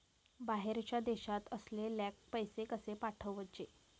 बाहेरच्या देशात असलेल्याक पैसे कसे पाठवचे?